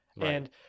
And-